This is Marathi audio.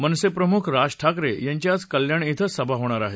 मनसे प्रमुख राज ठाकरे यांची आज कल्याण क्रें सभा होणार आहेत